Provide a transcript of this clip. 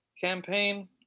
Campaign